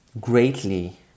greatly